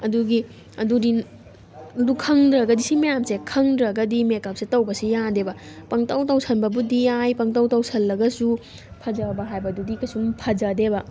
ꯑꯗꯨꯒꯤ ꯑꯗꯨꯗꯤ ꯑꯗꯨ ꯈꯪꯗ꯭ꯔꯒꯗꯤ ꯁꯤ ꯃꯌꯥꯝꯁꯦ ꯈꯪꯗ꯭ꯔꯒꯗꯤ ꯃꯦꯀꯞꯁꯦ ꯇꯧꯕꯁꯦ ꯌꯥꯗꯦꯕ ꯄꯪꯇꯧ ꯇꯧꯁꯟꯕꯕꯨꯗꯤ ꯌꯥꯏ ꯄꯪꯇꯧ ꯇꯧꯁꯜꯂꯒꯁꯨ ꯐꯖꯕ ꯍꯥꯏꯕꯗꯨꯗꯤ ꯀꯩꯁꯨꯝ ꯐꯖꯗꯦꯕ